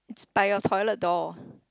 by your toilet door